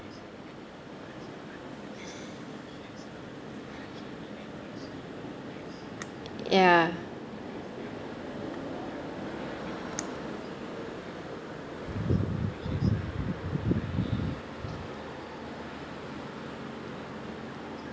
ya